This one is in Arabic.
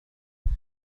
أحمر